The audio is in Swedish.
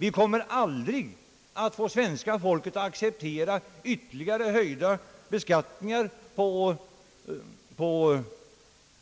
Vi kommer aldrig att få svenska folket att acceptera ytterligare höjningar av beskattningen på